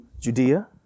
Judea